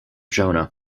jonah